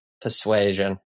Persuasion